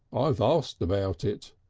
i've asked about it.